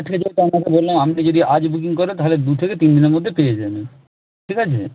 আপনাকে বললাম আপনি যদি আজ বুকিং করেন তাহলে দু থেকে তিন দিনের মধ্যে পেয়ে যাবেন ঠিক আছে